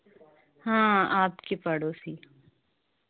हाँ आपके पड़ोसी